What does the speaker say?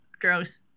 Gross